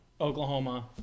Oklahoma